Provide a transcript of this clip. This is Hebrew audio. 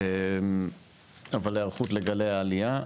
אבל היערכות לגלי העלייה,